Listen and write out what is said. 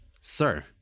Sir